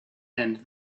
and